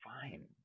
fine